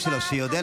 זה,